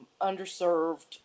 underserved